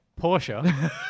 Porsche